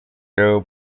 joe